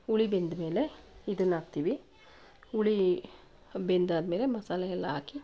ಹುಳಿ ಬೆಂದಮೇಲೆ ಇದನ್ನಾಕ್ತೀವಿ ಹುಳಿ ಬೆಂದಾದಮೇಲೆ ಮಸಾಲೆ ಎಲ್ಲ ಹಾಕಿ